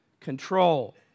control